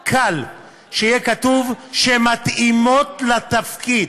קל, שיהיה כתוב: שמתאימות לתפקיד.